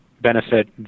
benefit –